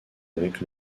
avec